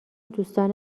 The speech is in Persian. دوستان